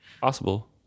Possible